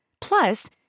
Plus